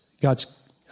God's